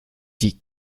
die